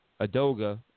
Adoga